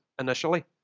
initially